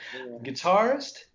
guitarist